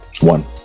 One